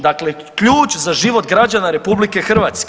Dakle, ključ za život građana RH.